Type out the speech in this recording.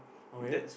okay